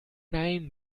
nein